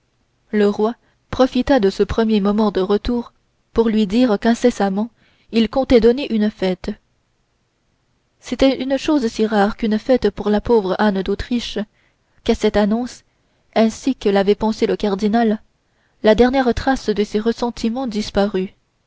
le roi profita de ce premier moment de retour pour lui dire qu'incessamment il comptait donner une fête c'était une chose si rare qu'une fête pour la pauvre anne d'autriche qu'à cette annonce ainsi que l'avait pensé le cardinal la dernière trace de ses ressentiments disparut